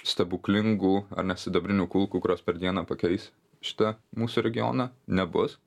stebuklingų ane sidabrinių kulkų kurios per dieną pakeis šitą mūsų regioną nebus